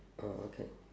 orh okay